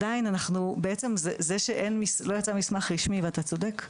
עדיין בעצם זה שלא יצא מסמך רשמי ואתה צודק,